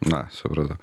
na supratau